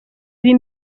ibi